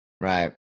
Right